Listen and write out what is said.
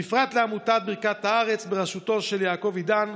בפרט לעמותת ברכת הארץ בראשותו של יעקב עידן,